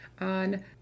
on